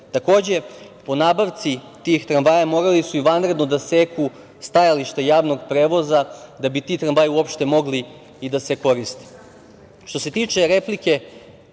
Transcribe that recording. Takođe, po nabavci tih tramvaja morali su i vanredno da seku stajalište javnog prevoza da bi ti tramvaji uopšte mogli i da se koriste. Što se tiče replike